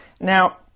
Now